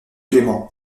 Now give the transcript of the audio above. clément